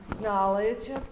knowledge